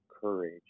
courage